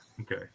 Okay